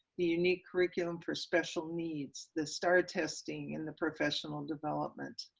the unique curriculum for special needs, the star testing, and the professional development.